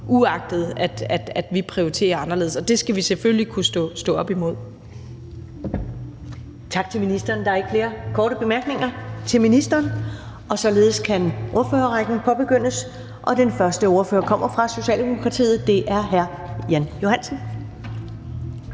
uagtet at vi prioriterer anderledes, og det skal vi selvfølgelig kunne stå op imod. Kl. 13:12 Første næstformand (Karen Ellemann): Tak til ministeren. Der er ikke flere korte bemærkninger til ministeren. Således kan ordførerrækken påbegyndes, og den første ordfører kommer fra Socialdemokratiet. Det er hr. Jan Johansen.